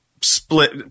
split –